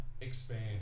Expand